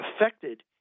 affected